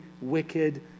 wicked